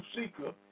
seeker